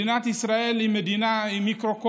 מדינת ישראל היא מיקרוקוסמוס,